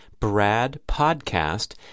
BRADPODCAST